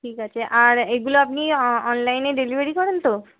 ঠিক আছে আর এগুলো আপনি অনলাইনে ডেলিভারি করেন তো